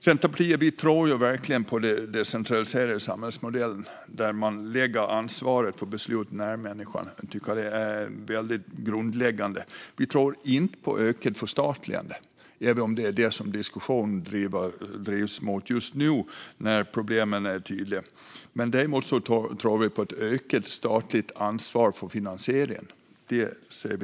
Centerpartiet tror verkligen på den decentraliserade samhällsmodellen, där man lägger ansvaret för beslut nära människan. Jag tycker att det är grundläggande. Vi tror inte på ökat förstatligande, även om det är det som diskussionen drivs mot just nu, när problemen är tydliga. Däremot tror vi definitivt på ett ökat statligt ansvar för finansieringen.